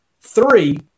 Three